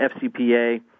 FCPA